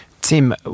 Tim